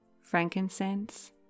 frankincense